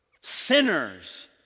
sinners